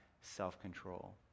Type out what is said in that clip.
self-control